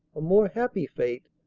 a more happy fate,